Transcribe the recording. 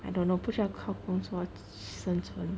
I don't know 不需要靠工作生存